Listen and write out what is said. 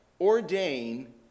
ordain